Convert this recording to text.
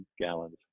gallons